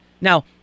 Now